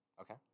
Okay